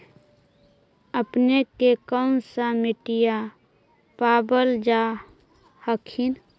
अपने के कौन सा मिट्टीया पाबल जा हखिन?